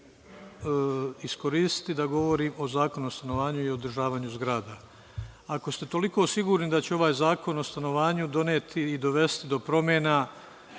da govorim o Zakonu o stanovanju i održavanju zgrada. Ako ste toliko sigurni da će ovaj Zakon o stanovanju doneti i dovesti do promena